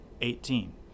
eighteen